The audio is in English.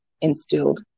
instilled